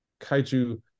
kaiju